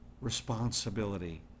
responsibility